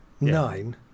Nine